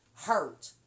hurt